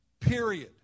period